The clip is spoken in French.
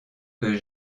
que